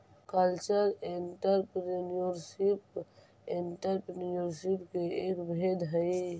cultural entrepreneurship entrepreneurship के एक भेद हई